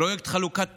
פרויקט חלוקת תמ"ל,